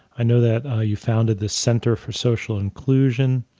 i know that you founded the center for social inclusion,